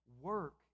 work